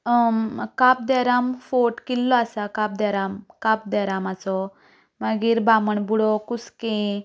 काब de Rama fort किल्लो आसा काब दे रामाचो मागीर बाबणबुडो कुसकें